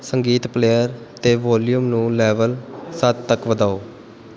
ਸੰਗੀਤ ਪਲੇਅਰ 'ਤੇ ਵੌਲਯੂਮ ਨੂੰ ਲੈਵਲ ਸੱਤ ਤੱਕ ਵਧਾਓ